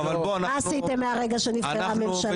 מה עשיתם מהרגע שנבחרתם לממשלה?